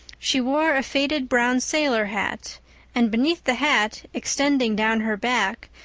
she wore a faded brown sailor hat and beneath the hat, extending down her back,